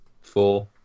Four